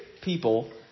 people